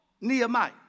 Nehemiah